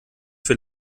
für